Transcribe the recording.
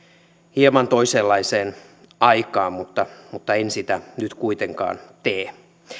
hieman toisenlaiseen aikaan mutta mutta en sitä nyt kuitenkaan tee